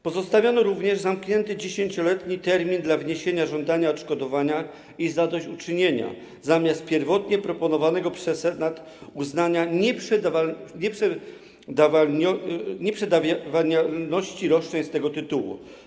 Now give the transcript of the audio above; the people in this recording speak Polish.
Pozostawiono również zamknięty 10-letni termin dla wniesienia żądania odszkodowania i zadośćuczynienia zamiast pierwotnie proponowanego przez Senat uznania nieprzedawnialności roszczeń z tego tytułu.